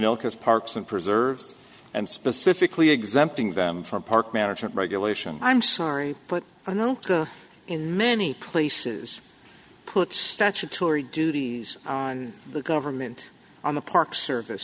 milk as parks and preserves and specifically exempting them from park management regulation i'm sorry but i know in many places put statutory duty on the government on the park service